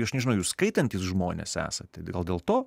aš nežinau jūs skaitantys žmonės esat gal dėl to